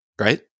right